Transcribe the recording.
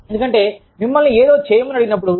ఎందుకంటే మిమ్మల్ని ఏదైనా చేయమని అడిగినప్పుడు